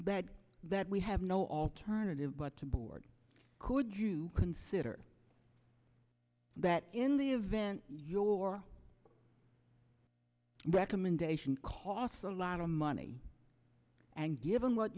that that we have no alternative but to board could you consider that in the event your recommendation costs a lot of money and give